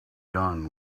done